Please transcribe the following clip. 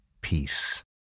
peace